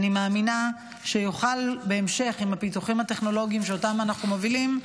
אני מאמינה שעם הפיתוחים הטכנולוגיים שאנחנו מובילים,